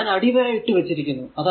ഇത് ഞാൻ അടിവര ഇട്ടു വച്ചിരിക്കുന്നു